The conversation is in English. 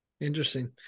Interesting